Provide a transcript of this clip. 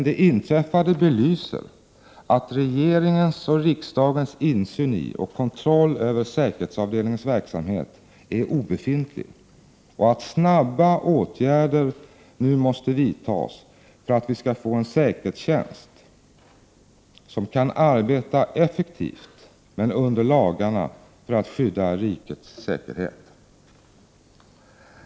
Det inträffade belyser emellertid att regeringens och riksdagens insyn i och kontroll över säkerhetsavdelningens verksamhet är obefintlig och att snabba åtgärder nu måste vidtas för att vi skall få en säkerhetstjänst som kan arbeta effektivt men under lagarna för att skydda rikets säkerhet.